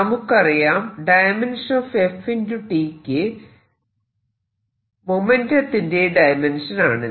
നമുക്കറിയാം F T യ്ക്ക് മൊമെന്റ്റത്തിന്റെ ഡയമെൻഷൻ ആണെന്ന്